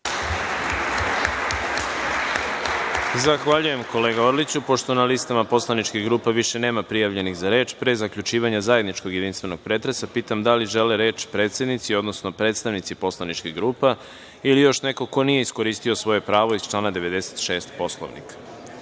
Zahvaljujem, kolega Orliću. Pošto na listama poslaničkih grupa više nema prijavljenih za reč, pre zaključivanja zajedničkog jedinstvenog pretresa, pitam da li žele reč predsednici, odnosno predstavnici poslaničkih grupa ili još neko ko nije iskoristio svoje pravo iz člana 96. Poslovnika?